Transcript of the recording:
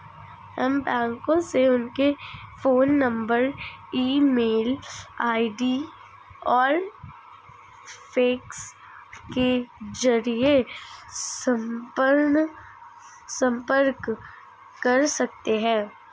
हम बैंकों से उनके phone number email ID और फैक्स के जरिए संपर्क कर सकते हैं